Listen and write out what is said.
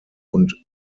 und